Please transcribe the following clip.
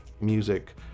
music